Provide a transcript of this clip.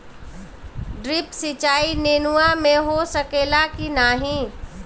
Drip सिंचाई नेनुआ में हो सकेला की नाही?